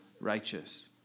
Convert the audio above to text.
righteous